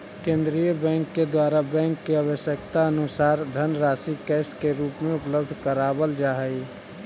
केंद्रीय बैंक के द्वारा बैंक के आवश्यकतानुसार धनराशि कैश के रूप में उपलब्ध करावल जा हई